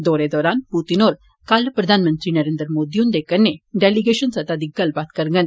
दौरे दरान पुतिन होर कल प्रधानमंत्री नरेन्द्र मोदी हुंदे कन्नै डैलीगेशन स्तरै दी गल्लबात करगन